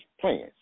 plans